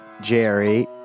Jerry